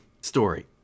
story